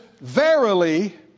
Verily